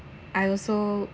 I also